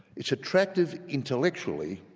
it is attractive intellectually